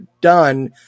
done